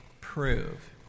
prove